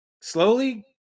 slowly